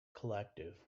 collective